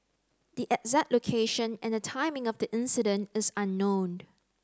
the exact location and the timing of the incident is unknown